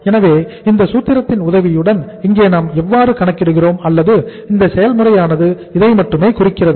எனவே இந்த சூத்திரத்தின் உதவியுடன் இங்கே நாம் எவ்வாறு கணக்கிடுகிறோம் அல்லது இந்த செயல்முறையானது இதை மட்டுமே குறிக்கிறது